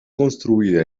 construida